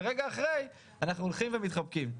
ורגע אחרי אנחנו הולכים ומתחבקים.